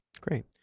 Great